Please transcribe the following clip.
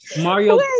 Mario